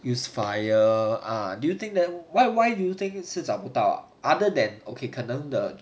use fire ah do you think then why why do you think 是找不到 other than okay 可能 the